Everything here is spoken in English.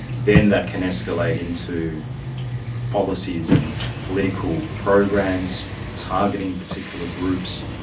then that can escalate into policies and political programs targeting particular groups.